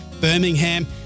birmingham